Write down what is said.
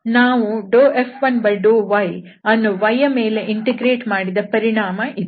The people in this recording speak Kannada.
ನಾವು F1∂y ಅನ್ನು y ಯ ಮೇಲೆ ಇಂಟಿಗ್ರೇಟ್ ಮಾಡಿದ ಪರಿಣಾಮ ಇದು